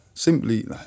Simply